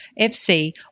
FC